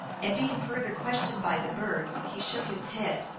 and being further questioned by the birds, he shook his head,